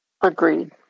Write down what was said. Agreed